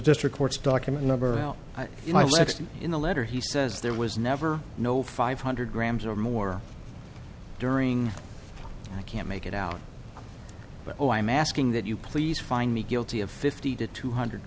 district courts document number out sixty in the letter he says there was never no five hundred grams or more during i can't make it out but i'm asking that you please find me guilty of fifty to two hundred